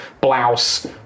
blouse